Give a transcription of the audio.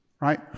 right